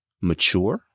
mature